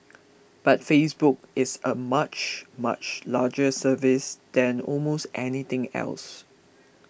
but Facebook is a much much larger service than almost anything else